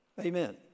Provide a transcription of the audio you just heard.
Amen